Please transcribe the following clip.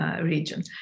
Region